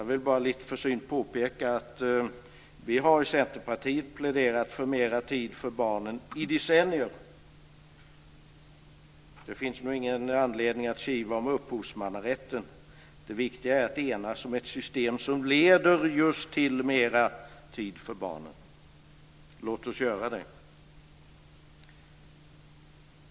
Jag vill bara lite försynt påpeka att vi i Centerpartiet har pläderat för mera tid för barnen i decennier. Men det finns ingen anledning att kivas om upphovsmannarätten. Det viktiga är att enas om ett system som leder till just mera tid för barnen. Låt oss göra det!